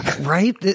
right